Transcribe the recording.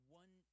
one